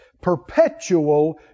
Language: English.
perpetual